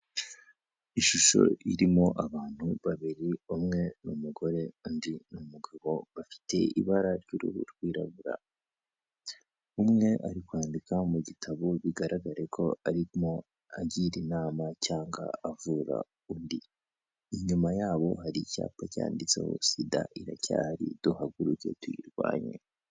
Ishusho irimo abantu babiri, umwe ni umugore, undi ni umugabo, bafite ibara ry'uruhu rwirabura. Umwe ari kwandika mu gitabo bigaragare ko arimo agira inama cyangwa avura undi, inyuma yabo hari icyapa cyanditseho SIDA iracyahari duhaguruke tuyirwanye.